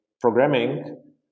programming